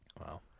Wow